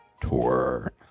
tour